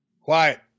quiet